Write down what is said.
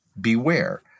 Beware